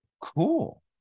cool